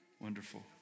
Wonderful